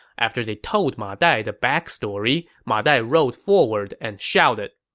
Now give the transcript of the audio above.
after they told ma dai the backstory, ma dai rode forward and shouted,